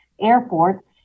Airport